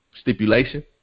Stipulation